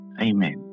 Amen